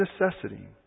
necessity